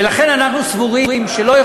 ולכן אנחנו סבורים שלא,